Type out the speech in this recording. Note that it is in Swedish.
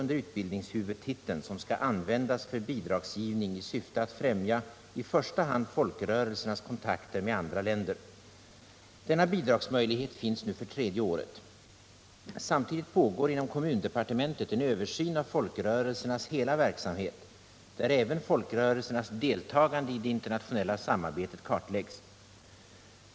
under utbildningshuvudtiteln som skall användas för bidragsgivning i syfte att främja i första hand folkrörelsernas kontakter med andra länder. Denna bidragsmöjlighet finns nu för tredje året. Samtidigt pågår inom kommundepartementet en översyn av folkrörelsernas hela verksamhet, där även folkrörelsernas deltagande i det internationella samarbetet kartläggs.